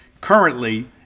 currently